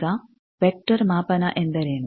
ಈಗ ವೆಕ್ಟರ್ ಮಾಪನ ಎಂದರೇನು